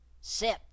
sip